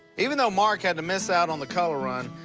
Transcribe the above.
even though mark had to miss out on the color run,